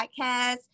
podcast